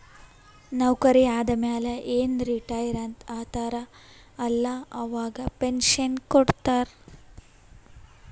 ನೌಕರಿ ಆದಮ್ಯಾಲ ಏನ್ ರಿಟೈರ್ ಆತಾರ ಅಲ್ಲಾ ಅವಾಗ ಪೆನ್ಷನ್ ಕೊಡ್ತಾರ್